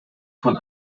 von